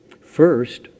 first